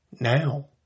now